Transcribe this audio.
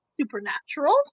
Supernatural